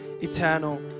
eternal